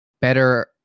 better